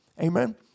Amen